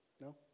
No